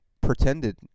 pretended